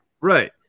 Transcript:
Right